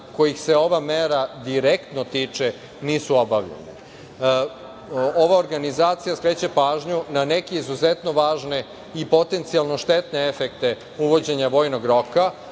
kojih se ova mera direktno tiče nisu obavljene. Ova organizacija skreće pažnju na neke izuzetno važne i potencijalno štetne efekte uvođenja vojnog roka,